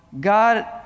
God